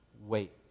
wait